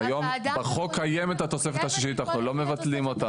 היום בחוק קיימת התוספת השישית אנחנו לא מבטלים אותה.